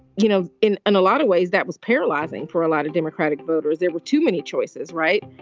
you know, in an a lot of ways that was paralyzing for a lot of democratic voters. there were too many choices, right?